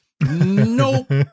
nope